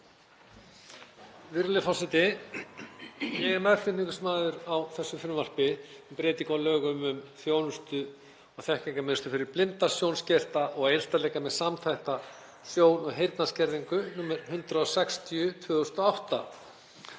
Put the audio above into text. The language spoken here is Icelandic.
Virðulegur forseti. Ég er meðflutningsmaður á þessu frumvarpi um breytingu á lögum um þjónustu- og þekkingarmiðstöð fyrir blinda, sjónskerta og einstaklinga með samþætta sjón- og heyrnarskerðingu, nr. 160/2008.